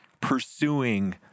pursuing